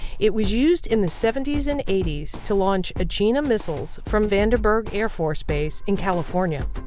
it was used in the seventy s and eighty s to launch agena missiles from vanderberg air force base in california.